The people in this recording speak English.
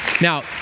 Now